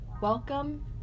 Welcome